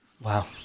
Wow